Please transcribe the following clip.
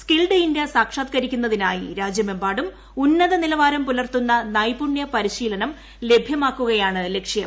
skilled India സാക്ഷാത്കരിക്കാനായി രാജ്യമെമ്പാടും ഉന്നത നിലവാരം പുലർത്തുന്ന നൈപുണ്യ പരിശീലനം ലഭ്യമാക്കുകയാണ് ലക്ഷ്യം